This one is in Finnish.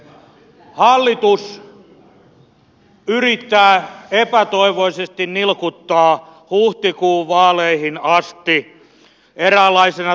hallitus yrittää epätoivoisesti nilkuttaa huhtikuun vaaleihin asti eräänlaisena toimitusministeristönä